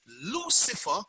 Lucifer